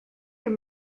your